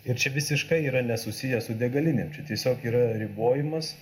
ir čia visiškai yra nesusiję su degalinėm čia tiesiog yra ribojimas